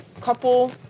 couple